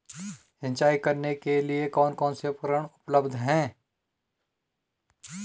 सिंचाई करने के लिए कौन कौन से उपकरण उपलब्ध हैं?